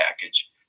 package